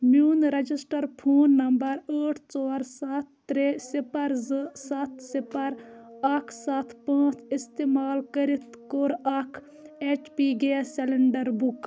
میون register phone number ٲٹھ ژور سَتھ ترٛےٚ سِپَر زٕ سَتھ سِپَر اَکھ سَتھ پانٛژھ استعمال کٔرِتھ کوٚر اکھ H P gas cylinder book